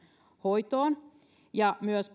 hoitoon ja myös